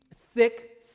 thick